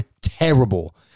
terrible